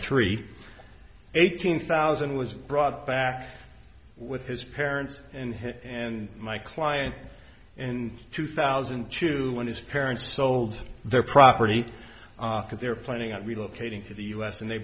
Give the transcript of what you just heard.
three eighteen thousand was brought back with his parents and him and my client in two thousand to one his parents sold their property because they were planning on relocating to the u s and they